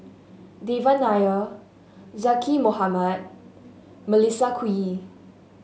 Devan Nair Zaqy Mohamad Melissa Kwee